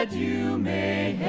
and you may